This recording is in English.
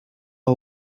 are